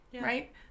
Right